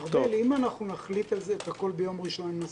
נחליט על זה ביום ראשון,